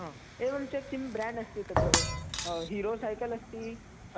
हा एवं च किं ब्रेण्ड् अस्ति तद् हीरो सैकल् अस्ति